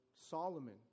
Solomon